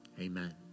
Amen